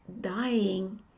dying